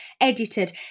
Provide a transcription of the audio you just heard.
edited